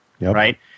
Right